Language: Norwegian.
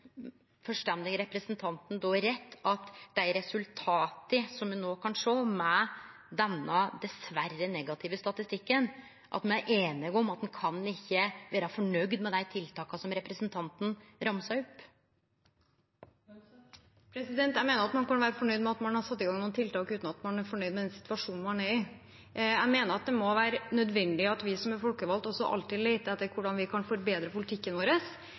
rett, at med dei resultata som me no kan sjå i den dessverre negative statistikken, er me einige om at ein ikkje kan vere fornøgd med dei tiltaka som representanten ramsa opp? Jeg mener at man kan være fornøyd med at man har satt i gang noen tiltak, uten å være fornøyd med den situasjonen man er i. Jeg mener det er nødvendig at vi som er folkevalgt, alltid leter etter hvordan vi kan forbedre politikken vår,